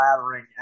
flattering